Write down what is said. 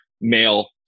male